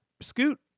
Scoot